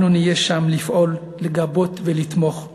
אנחנו נהיה שם, לפעול, לגבות ולתמוך בך,